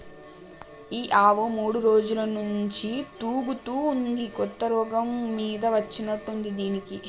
ఈ ఆవు మూడు రోజుల నుంచి తూగుతా ఉంది కొత్త రోగం మీద వచ్చినట్టుంది దీనికి